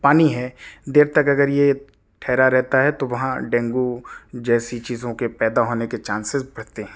پانی ہے دیر تک اگر یہ ٹھہرا رہتا ہے تو وہاں ڈینگو جیسی چیزوں کے پیدا ہونے کے چانسیز بڑھتے ہیں